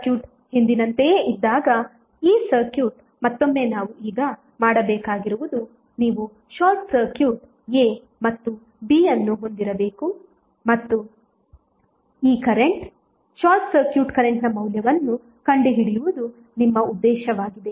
circuit ಹಿಂದಿನಂತೆಯೇ ಇದ್ದಾಗ ಈ ಸರ್ಕ್ಯೂಟ್ ಮತ್ತೊಮ್ಮೆ ನಾವು ಈಗ ಮಾಡಬೇಕಾಗಿರುವುದು ನೀವು ಶಾರ್ಟ್ ಸರ್ಕ್ಯೂಟ್ A ಮತ್ತು B ಅನ್ನು ಹೊಂದಿರಬೇಕು ಮತ್ತು ಈ ಕರೆಂಟ್ ಶಾರ್ಟ್ ಸರ್ಕ್ಯೂಟ್ ಕರೆಂಟ್ನ ಮೌಲ್ಯವನ್ನು ಕಂಡುಹಿಡಿಯುವುದು ನಿಮ್ಮ ಉದ್ದೇಶವಾಗಿದೆ